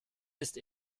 ist